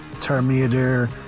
Terminator